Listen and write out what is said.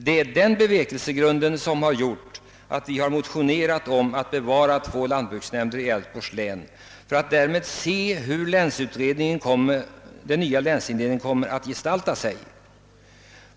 Det är med denna bevekelsegrund vi har motionerat om att de två lantbruksnämnderna i Älvsborgs län skall bestå i avvaktan på hur den nya länsindelningen kommer att gestalta sig.